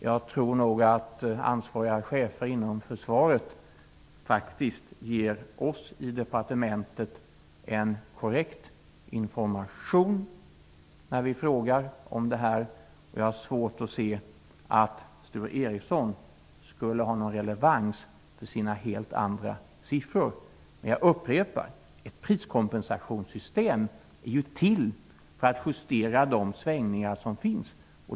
Jag tror att ansvariga chefer inom försvaret faktiskt ger oss i departementet en korrekt information när vi frågar. Jag har svårt att se att Sture Ericson skulle få någon relevans för sina helt andra siffror. Jag upprepar: Priskompensationssystem är till för att justera de svängningar som finns.